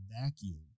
vacuum